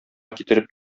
китереп